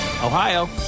Ohio